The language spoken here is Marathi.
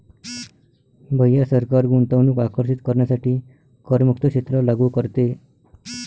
भैया सरकार गुंतवणूक आकर्षित करण्यासाठी करमुक्त क्षेत्र लागू करते